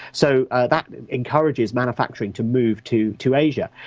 so that encourages manufacturing to move to to asia.